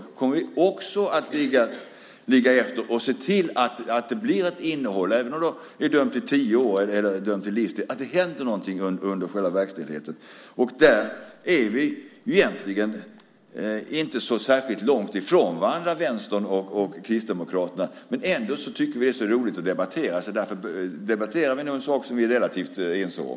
Det kommer vi också att följa och se till att det blir ett innehåll. Oavsett om man är dömd till tio års fängelse eller till livstidsstraff måste det hända någonting under själva verkställigheten. Och där står Vänstern och Kristdemokraterna egentligen inte så långt ifrån varandra. Men ändå tycker vi att det är så roligt att debattera, så därför debatterar vi nu en sak som vi är relativt ense om.